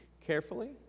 carefully